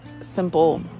simple